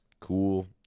cool